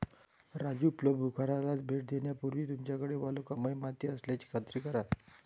राजू प्लंबूखाराला भेट देण्यापूर्वी तुमच्याकडे वालुकामय माती असल्याची खात्री करा